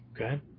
Okay